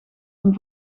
een